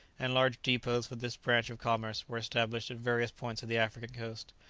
and large depots for this branch of commerce were established at various points of the african coast.